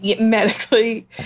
medically